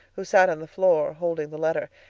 who sat on the floor holding the letter,